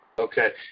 Okay